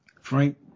Frank